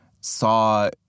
saw